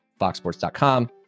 foxsports.com